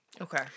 Okay